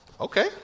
Okay